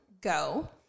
go